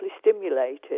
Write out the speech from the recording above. stimulated